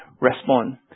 respond